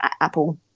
apple